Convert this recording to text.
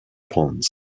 ponds